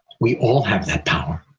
we all have that power.